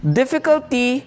difficulty